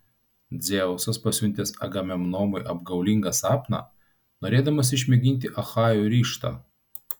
dzeusas pasiuntęs agamemnonui apgaulingą sapną norėdamas išmėginti achajų ryžtą